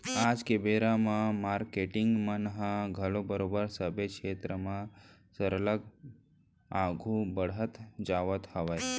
आज के बेरा म मारकेटिंग मन ह घलोक बरोबर सबे छेत्र म सरलग आघू बड़हत जावत हावय